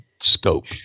scope